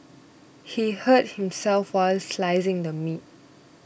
he hurt himself while slicing the meat